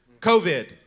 COVID